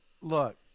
look